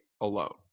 alone